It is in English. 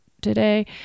today